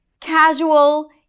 casual